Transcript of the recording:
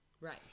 right